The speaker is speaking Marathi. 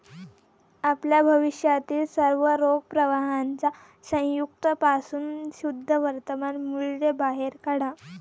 आपल्या भविष्यातील सर्व रोख प्रवाहांच्या संयुक्त पासून शुद्ध वर्तमान मूल्य बाहेर काढा